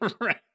right